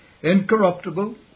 incorruptible